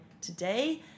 today